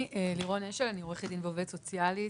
אני עורכת דין ועובדת סוציאלית,